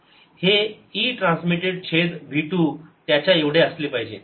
हे e transmitted छेद v 2 त्याच्या एवढे असले पाहिजे